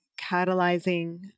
catalyzing